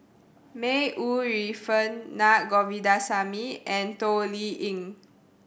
May Ooi Yu Fen Naa Govindasamy and Toh Liying